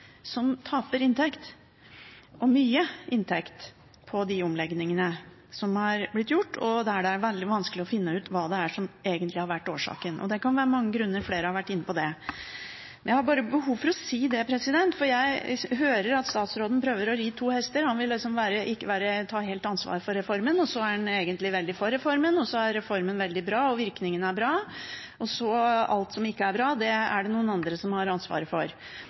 som taper inntekt – og mye inntekt – på de omleggingene som er blitt gjort, og der det er veldig vanskelig å finne ut hva som egentlig er årsaken. Det kan ha mange grunner, og flere har vært inne på det. Jeg har bare behov for å si det, for jeg hører at statsråden prøver å ri to hester. Han vil ikke helt ta ansvar for reformen, så er han egentlig veldig for reformen, og så er reformen veldig bra, og virkningene er bra – og alt som ikke er bra, det er det noen andre som har ansvaret for.